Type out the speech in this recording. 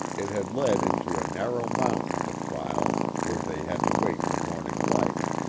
it had led into a narrow mountain defile where they had to wait for morning light.